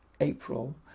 April